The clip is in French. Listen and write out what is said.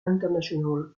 international